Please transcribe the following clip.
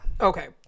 okay